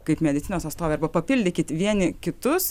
kaip medicinos atstovę arba papildykit vieni kitus